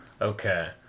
okay